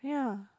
ya